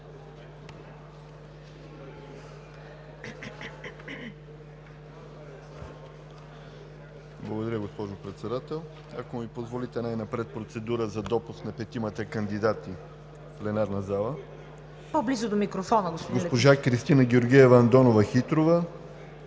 Благодаря, госпожо Председател. Ако ми позволите, най-напред процедура за допуск на петимата кандидати в пленарната зала – госпожа Кристина Георгиева Андонова-Хитрова,